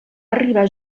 arribar